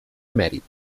emèrit